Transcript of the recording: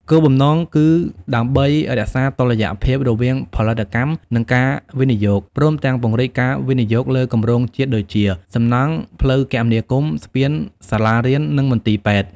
គោលបំណងគឺដើម្បីរក្សាតុល្យភាពរវាងផលិតកម្ម និងការវិនិយោគ ព្រមទាំងពង្រីកការវិនិយោគលើគម្រោងជាតិដូចជា សំណង់ ផ្លូវគមនាគមន៍ ស្ពាន សាលារៀន និងមន្ទីរពេទ្យ។